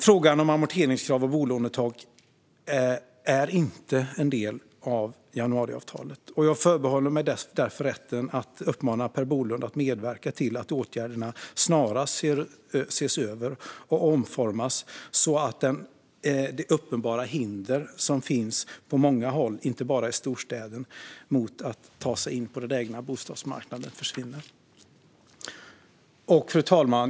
Frågan om amorteringskrav och bolånetak är inte en del av januariavtalet, och jag förbehåller mig därför rätten att uppmana Per Bolund att medverka till att åtgärderna snarast ses över och omformas så att de uppenbara hinder som finns på många håll, inte bara i storstäderna, för att ta sig in på marknaden för ägda bostäder försvinner. Fru talman!